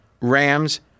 Rams